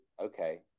Okay